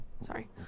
Sorry